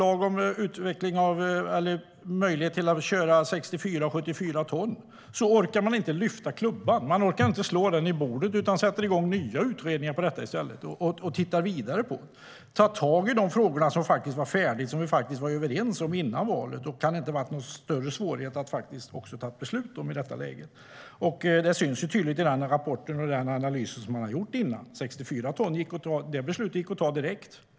Även om det finns ett förslag om möjligheten att köra med 64 eller 74 ton orkar man inte slå klubban i bordet utan sätter i stället igång nya utredningar och tittar vidare på detta. Ta tag i de frågor som faktiskt var färdiga och som vi var överens om före valet! Det kan inte vara någon större svårighet att faktiskt också ta ett beslut i detta läge. Det syns ju tydligt i den rapport och den analys man har gjort tidigare att beslutet om 64 ton gick att ta direkt.